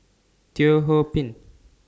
Teo Ho Pin